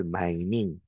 mining